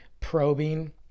probing